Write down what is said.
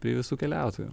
prie visų keliautojų